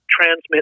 transmit